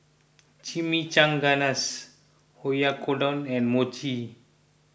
Chimichangas Oyakodon and Mochi